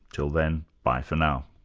till then, bye for now